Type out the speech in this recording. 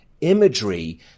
imagery